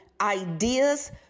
ideas